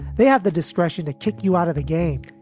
they have the discretion to kick you out of the game.